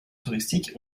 touristiques